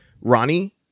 Ronnie